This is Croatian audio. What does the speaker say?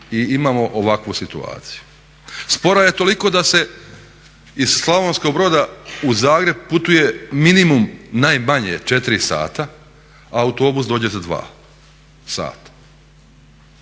i imamo ovakvu situaciju. Spora je toliko da se iz Slavonskog Broda u Zagreb putuje minimum, najmanje 4 sata a autobus dođe za 2 sata.